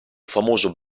famoso